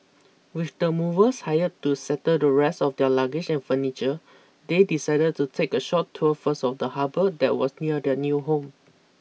with the movers hired to settle the rest of their luggage and furniture they decided to take a short tour first of the harbour that was near their new home